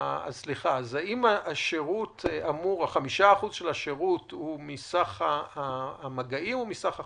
האם ה-5% של השירות הם מסך המגעים או מסך החולים?